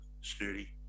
sturdy